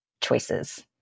choices